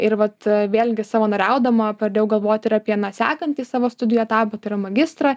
ir vat vėlgi savanoriaudama pradėjau galvoti ir apie sekantį savo studijų etapą tai yra magistrą